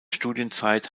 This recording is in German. studienzeit